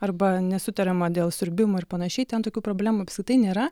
arba nesutariama dėl siurbimo ir panašiai ten tokių problemų apskritai nėra